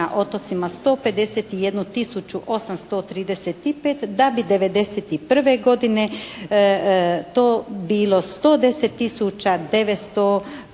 na otocima 151 tisuću 835 da bi '91. godine to bilo 110